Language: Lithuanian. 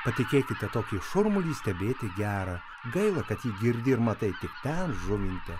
patikėkite tokį šurmulį stebėti gera gaila kad jį girdi ir matai ten žuvinte